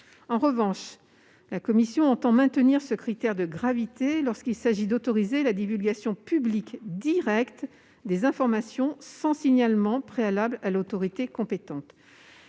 En revanche, elle entend maintenir ce critère de gravité lorsqu'il s'agit d'autoriser la divulgation publique directe des informations sans signalement préalable à l'autorité compétente.